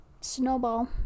snowball